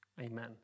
Amen